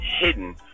hidden